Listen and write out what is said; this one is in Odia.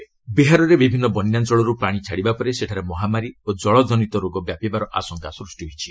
ପ୍ଲୁଡ୍ ସିଚୁଏସନ୍ ବିହାରରେ ବିଭିନ୍ନ ବନ୍ୟାଞ୍ଚଳରୁ ପାଣି ଛାଡ଼ିବା ପରେ ସେଠାରେ ମହାମାରୀ ଓ କଳକନିତ ରୋଗ ବ୍ୟାପିବାର ଆଶଙ୍କା ସୃଷ୍ଟି ହୋଇଛି